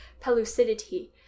pellucidity